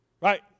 Right